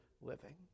living